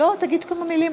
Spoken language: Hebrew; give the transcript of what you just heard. לא, תגיד כמה מילים.